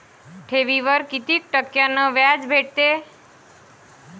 ठेवीवर कितीक टक्क्यान व्याज भेटते?